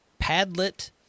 Padlet